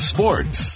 Sports